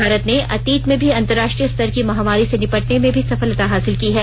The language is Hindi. भारत ने अतीत में भी अंतर्राष्ट्रीय स्तर की महामारी से निपटर्न में भी सफलता हासिल की है